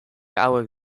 hauek